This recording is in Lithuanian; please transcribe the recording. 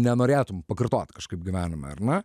nenorėtum pakartot kažkaip gyvenime ar ne